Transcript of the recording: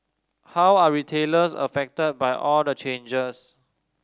how are retailers affected by all the changes